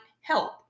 help